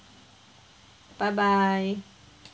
bye bye